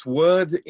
word